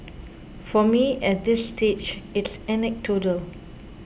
for me at this stage it's anecdotal